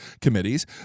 committees